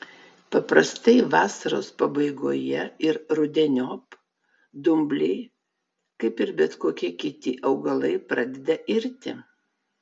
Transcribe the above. paprastai vasaros pabaigoje ir rudeniop dumbliai kaip ir bet kokie kiti augalai pradeda irti